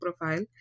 profile